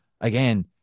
again